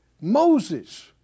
Moses